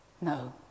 No